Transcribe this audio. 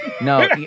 No